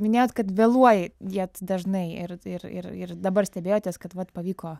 minėjot kad vėluoj jat dažnai ir ir ir dabar stebėjotės kad vat pavyko